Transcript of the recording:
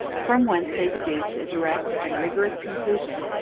from whence they deduced a direct and rigorous conclusion,